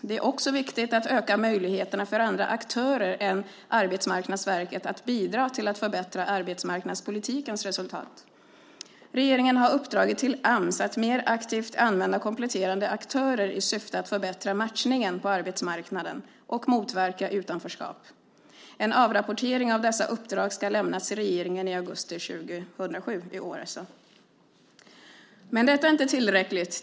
Det är också viktigt att öka möjligheterna för andra aktörer än Arbetsmarknadsverket att bidra till att förbättra arbetsmarknadspolitikens resultat. Regeringen har uppdragit till Ams att mer aktivt använda kompletterande aktörer i syfte att förbättra matchningen på arbetsmarknaden och motverka utanförskap. En avrapportering av dessa uppdrag ska lämnas till regeringen i augusti 2007, alltså i år. Men detta är inte tillräckligt.